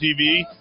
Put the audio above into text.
TV